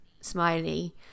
smiley